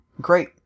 Great